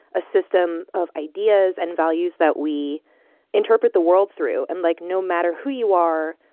a system of ideas and values that we interpret the world through. and like no matter who you are,